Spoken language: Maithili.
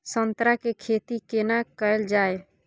संतरा के खेती केना कैल जाय?